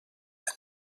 anys